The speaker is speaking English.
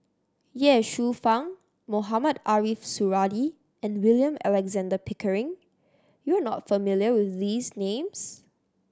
Ye Shufang Mohamed Ariff Suradi and William Alexander Pickering you are not familiar with these names